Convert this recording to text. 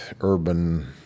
urban